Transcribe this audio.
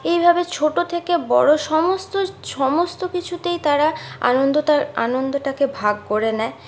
এইভাবে ছোটো থেকে বড়ো সমস্ত সমস্ত কিছুতেই তারা আনন্দটা আনন্দটাকে ভাগ করে নেয়